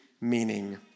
meaning